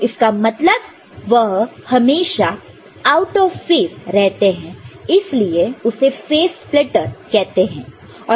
तो इसका मतलब वह हमेशा आउट ऑफ फेस रहते हैं इसलिए उसे फेस स्प्लिटर कहते हैं